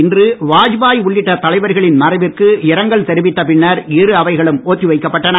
இன்று வாஜ்பாய் உள்ளிட்ட தலைவர்களின் மறைவிற்கு இரங்கல் தெரிவித்த பின்னர் இருஅவைகளும் ஒத்தி வைக்கப்பட்டன